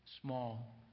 small